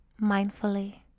mindfully